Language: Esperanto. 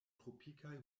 tropikaj